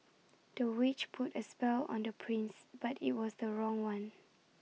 the witch put A spell on the prince but IT was the wrong one